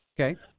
Okay